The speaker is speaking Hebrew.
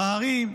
בערים,